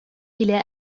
إلى